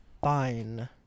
fine